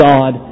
God